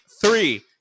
three